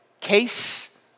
case